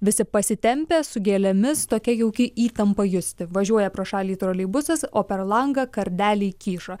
visi pasitempę su gėlėmis tokia jauki įtampa jus važiuoja pro šalį troleibusas o per langą kardeliai kyšo